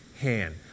hand